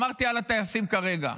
אמרתי על הטייסים כרגע.